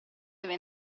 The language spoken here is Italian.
aveva